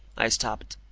i stopped,